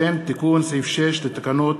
תיקון סעיף 6 לתקנות